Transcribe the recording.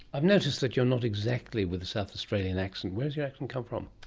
i've noticed that you're not exactly with a south australian accent. where does your accent come from?